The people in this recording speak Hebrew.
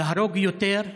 להרוג יותר,